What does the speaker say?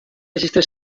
registre